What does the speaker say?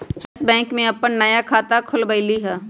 हम Yes Bank में अप्पन नया खाता खोलबईलि ह